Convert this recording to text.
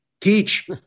teach